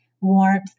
warmth